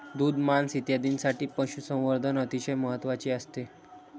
दूध, मांस इत्यादींसाठी पशुसंवर्धन अतिशय महत्त्वाचे असते